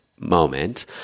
Moment